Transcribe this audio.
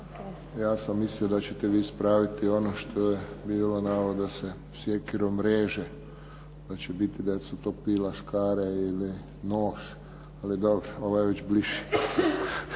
Ja sam mislio da ćete vi ispraviti ono što je bilo navod da se sjekirom reže, da će biti da su to pila, škare ili nož. Ali dobro, ovo je već bliže.